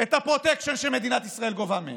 את הפרוטקשן שמדינת ישראל גובה מהם.